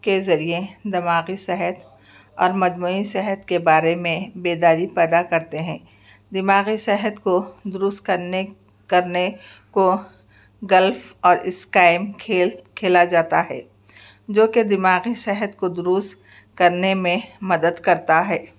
کے ذریعے دماغی صحت اور مجموعی صحت کے بارے میں بیداری پیدا کرتے ہیں دماغی صحت کو درست کرنے کرنے کو گلف اور کھیل کھیلا جاتا ہے جو کہ دماغی صحت کو درست کرنے میں مدد کرتا ہے